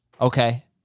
Okay